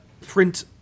print